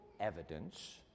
evidence